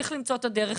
צריך למצוא את הדרך.